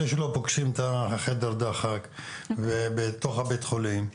פוגשים את חדר הדחק בתוך בית החולים,